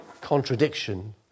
contradiction